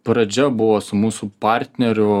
pradžia buvo su mūsų partneriu